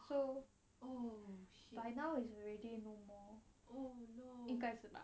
so by now is already no more 应该是吧